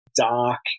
dark